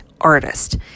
artist